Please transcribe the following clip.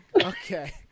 Okay